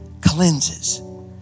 cleanses